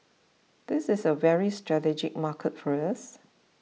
this is a very strategic market for us